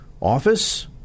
office